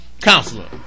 Counselor